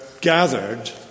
gathered